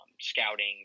scouting